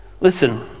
Listen